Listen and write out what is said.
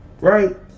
Right